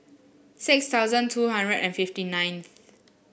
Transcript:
six thousand two hundred and fifty ninth